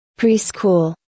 Preschool